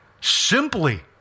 Simply